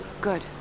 Good